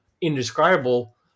indescribable